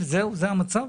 זה המצב?